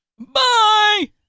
Bye